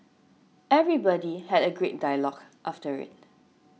everybody had a great dialogue after it